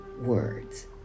words